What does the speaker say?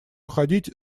уходить